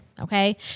Okay